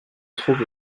trouve